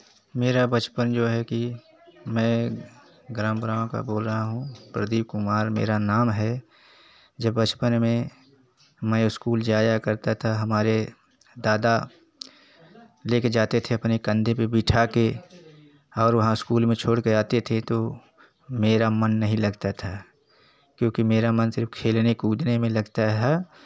मेरा बचपन जो है कि मैं ग्राम का बोल रहा हूँ प्रदीप कुमार मेरा नाम है जब बचपन में मैं स्कूल जाया करता था हमारे दादा ले के जाते थे अपने कंधे पर बिठा के और वहाँ स्कूल में छोड़ के आते थे तो मेरा मन नहीं लगता था क्योंकि मेरा मन सिर्फ खेलने कूदने में लगता है